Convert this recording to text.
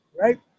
right